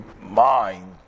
mind